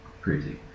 crazy